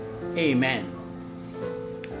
Amen